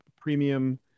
premium